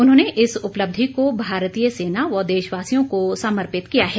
उन्होंने इस उपलब्धि को भारतीय सेना व देशवासियों को समर्पित किया है